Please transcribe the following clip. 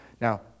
Now